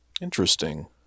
Interesting